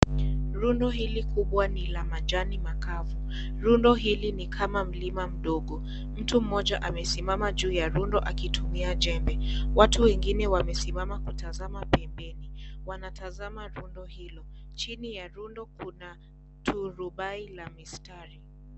Rundo hili kubwa ni la majani makavu; rundo hili ni kama mlima mdogo. Mtu mmoja amesimama juu ya rundo akitumia jembe. Watu wengine wamesimama kutazama pembeni wanatazama rundo hilo, chini ya rundo kuna turubai la mistari.